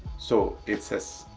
so it says,